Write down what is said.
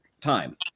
time